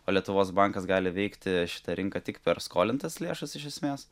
o lietuvos bankas gali veikti šitą rinką tik per skolintas lėšas iš esmės